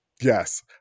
Yes